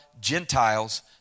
Gentiles